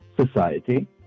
society